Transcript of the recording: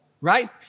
right